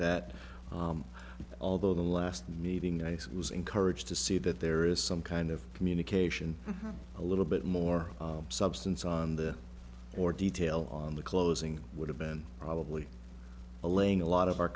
that although the last meeting that it was encouraged to see that there is some kind of communication a little bit more substance on the or details on the closing would have been probably a laying a lot of our